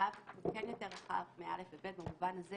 (ו) רחב יותר מ-(א) ו-(ב) במובן הזה